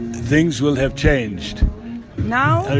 things will have changed now,